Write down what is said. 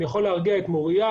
אני יכול להרגיע את מוריה,